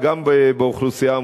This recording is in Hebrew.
תוכן העניינים מסמכים שהונחו על שולחן